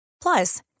Plus